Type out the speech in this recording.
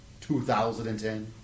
2010